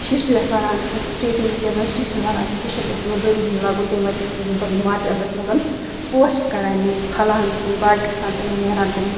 شِشُر یَتھ وَنان چھِ فرٛیٖزِنٛگ یَتھ زَنہٕ شِشُر وَنان چھِ شِشُر گژھِ یِمَن ضٔروٗری لَگُن تَمہِ وجہ سۭتۍ چھِ یِم مارٕچ اپریلَس منٛز پوش کڑان یِم پھَلان تِم بَڑ گژھان تِمَن نیران تِم